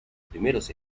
primeros